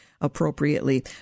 appropriately